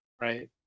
right